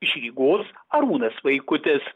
iš rygos arūnas vaikutis